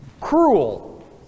cruel